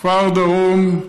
כפר דרום,